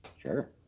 Sure